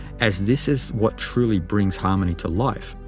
as this is what truly brings harmony to life,